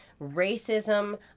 racism